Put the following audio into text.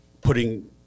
putting